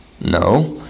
No